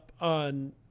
on